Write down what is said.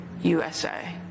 USA